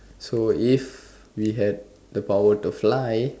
so if we had the power to fly